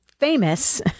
Famous